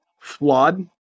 flawed